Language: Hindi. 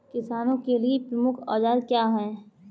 किसानों के लिए प्रमुख औजार क्या हैं?